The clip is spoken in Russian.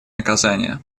наказания